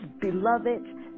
beloved